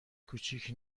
کوچک